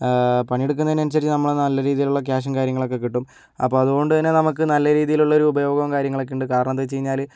പണിയെടുക്കുന്നത് അനുസരിച്ച് നമ്മൾ നല്ല രീതിയിലുള്ള ക്യാഷും കാര്യങ്ങളൊക്കെ കിട്ടും അപ്പോൾ അതുകൊണ്ട് തന്നെ നമുക്ക് നല്ല രീതിയിലുള്ള ഒരു ഉപയോഗം കാര്യങ്ങളൊക്കെ ഉണ്ട് കാരണം എന്താണെന്ന് വെച്ചുകഴിഞ്ഞാൽ